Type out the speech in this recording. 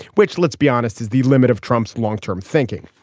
which let's be honest is the limit of trump's long term thinking.